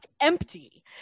empty